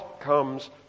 comes